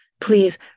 Please